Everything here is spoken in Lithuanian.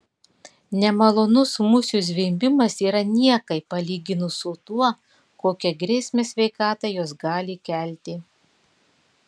nemalonus musių zvimbimas yra niekai palyginus su tuo kokią grėsmę sveikatai jos gali kelti